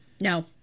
No